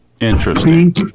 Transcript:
interesting